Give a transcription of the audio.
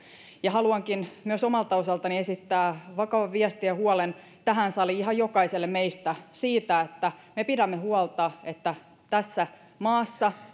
haluankin myös omalta osaltani esittää vakavan viestin ja huolen tähän saliin ihan jokaiselle meistä siitä että me pidämme huolta että tässä maassa